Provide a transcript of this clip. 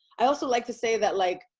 i also like to say that like,